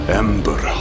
ember